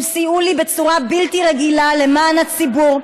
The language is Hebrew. הם סייעו לי בצורה בלתי רגילה למען הציבור,